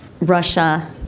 Russia